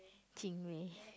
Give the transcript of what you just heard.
Chin-Wei